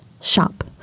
shop